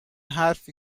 حرفی